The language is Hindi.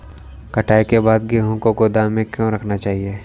कटाई के बाद गेहूँ को गोदाम में क्यो रखना चाहिए?